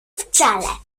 wcale